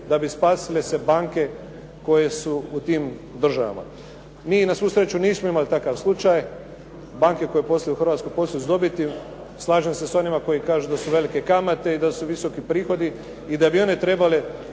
da bi spasile se banke koje su u tim državama. Mi na svu sreću nismo imali takav slučaj, banke koje posluju u Hrvatskoj posluju s dobiti. Slažem se s onima koji kažu da su velike kamate i da su visoki prihodi i da bi one trebale